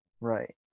Right